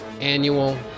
annual